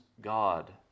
God